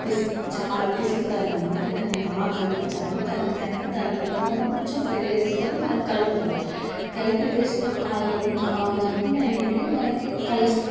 పిస్క చా పిసుకుతాను అన్నమాట దాన్ని బాగా కలుపుతాను కలిపాక దాని తర్వాత కొంచెం పెరుగేస్కోని దాన్ని కలుపుతాను కలిపితే సో అవన్నీ అనేటివి మనకి కలుస్తాయి